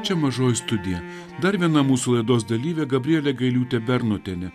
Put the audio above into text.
čia mažoji studija dar viena mūsų laidos dalyvė gabrielė gailiūtė bernotienė